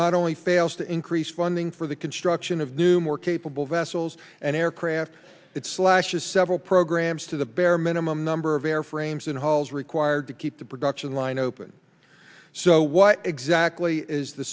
not only fails to increase funding for the construction of new more capable vessels and aircraft it slashes several programs to the bare minimum number of airframes in halls required to keep the production line open so what exactly is the